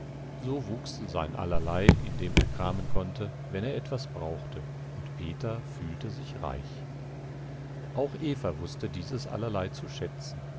so wuchs sein allerlei in dem er kramen konnte wenn er etwas brauchte und peter fühlte sich reich auch eva wußte dieses allerlei zu schätzen